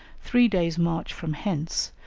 three days' march from hence,